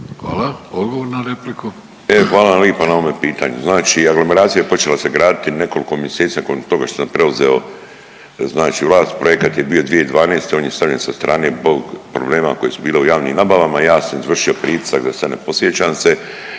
**Bulj, Miro (MOST)** E hvala lipa na ovome pitanju. Znači, aglomeracija počela se graditi nekoliko mjeseci nakon toga što sam preuzeo znači vlast, projekat je bio 2012., on je stavljen sa strane zbog problema koje su bile u javnim nabavama. Ja sam izvršio pritisak da se ne podsjećam se,